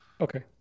okay